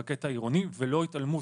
טוב.